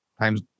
times